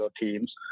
teams